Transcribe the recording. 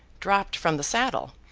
dropped from the saddle,